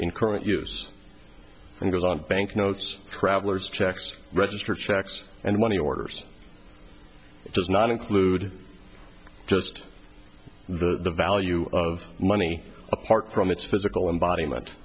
in current use banknotes traveler's checks register checks and when he orders does not include just the value of money apart from its physical embodiment